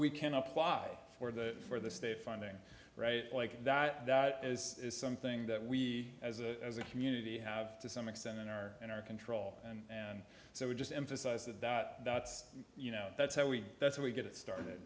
we can apply for the for the state funding right like that that is something that we as a community have to some extent in our in our control and so we just emphasize that that that's you know that's how we that's how we get it started